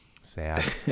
Sad